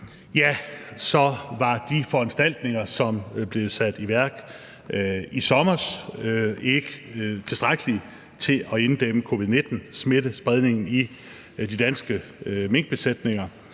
F 9, var de foranstaltninger, som blev sat i værk i sommer, ikke tilstrækkelige til at inddæmme covid-19-smittespredningen i de danske minkbesætninger.